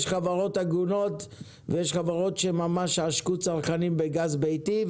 יש חברות הגונות ויש חברות שממש עשקו צרכנים בגז ביתי,